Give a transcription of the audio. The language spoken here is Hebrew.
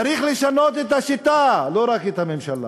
צריך לשנות את השיטה, לא רק את הממשלה,